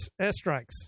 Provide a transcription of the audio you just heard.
airstrikes